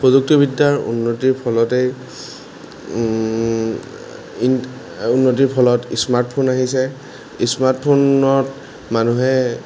প্ৰযুক্তিবিদ্যাৰ উন্নতিৰ ফলতেই উন্নতিৰ ফলত স্মাৰ্টফোন আহিছে স্মাৰ্টফোনত মানুহে